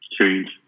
change